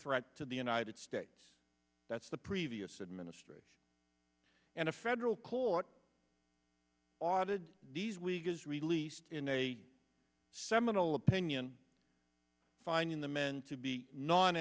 threat to the united states that's the previous administration and a federal court audited these week was released in a seminal opinion finding the men to be non